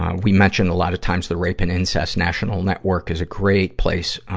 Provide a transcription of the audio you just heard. ah we mentioned a lot of times the rape and incest national network is a great place,